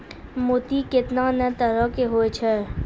मोती केतना नै तरहो के होय छै